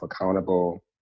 accountable